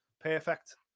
perfect